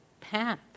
path